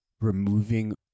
removing